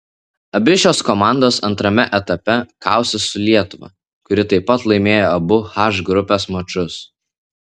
abi šios komandos antrame etape kausis su lietuva kuri taip pat laimėjo abu h grupės mačus